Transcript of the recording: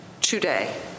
Today